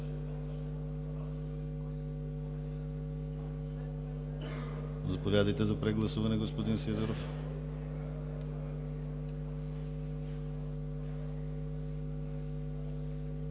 Заповядайте за прегласуване, господин Сидеров.